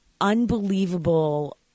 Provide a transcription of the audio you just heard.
unbelievable